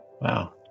Wow